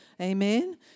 Amen